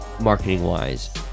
marketing-wise